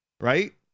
right